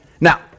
Now